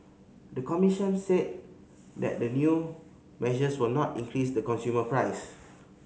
the commission said that the new measures will not increase the consumer price